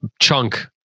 chunk